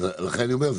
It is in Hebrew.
לכן אני אומר,